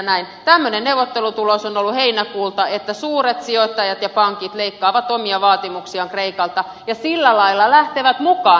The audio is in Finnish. tämmöinen neuvottelutulos on ollut heinäkuulta että suuret sijoittajat ja pankit leikkaavat omia vaatimuksiaan kreikalta ja sillä lailla lähtevät mukaan